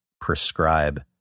prescribe